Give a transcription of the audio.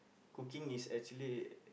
cooking is actually